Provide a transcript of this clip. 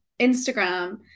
Instagram